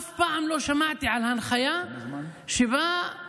אף פעם אחת לא שמעתי על הנחיה שבה מבקשים